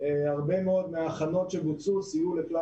הרבה מאוד מההכנות שבוצעו סייעו לכלל